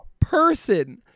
person